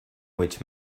which